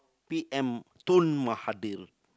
P_M Tun Mahathir